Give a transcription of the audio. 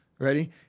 Ready